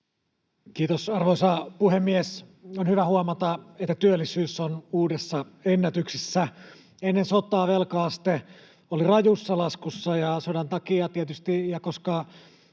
Kiitos, arvoisa puhemies! On hyvä huomata, että työllisyys on uudessa ennätyksessä. Ennen sotaa velka-aste oli rajussa laskussa, ja sodan takia tietysti, ja koska